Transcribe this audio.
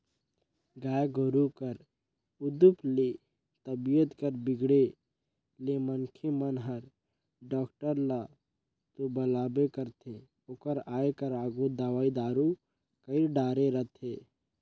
गाय गोरु कर उदुप ले तबीयत कर बिगड़े ले मनखे मन हर डॉक्टर ल तो बलाबे करथे ओकर आये कर आघु दवई दारू कईर डारे रथें